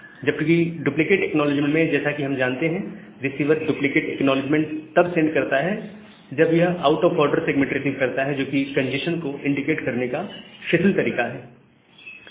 जबकि duplicate acknowledgement में जैसा कि हम जानते हैं कि रिसीवर डुप्लीकेट एक्नॉलेजमेंट तब सेंड करता है जब यह out of order segment receive करता है जो कि कंजेस्शन को इंडिकेट करने का शिथिल तरीका है